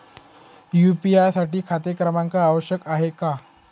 UPI साठी खाते क्रमांक आवश्यक आहे का?